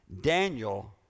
Daniel